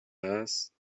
است